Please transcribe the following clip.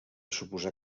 suposar